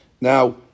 Now